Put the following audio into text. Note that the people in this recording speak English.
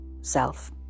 self